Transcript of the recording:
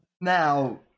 now